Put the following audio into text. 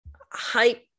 hype